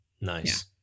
nice